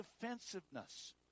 defensiveness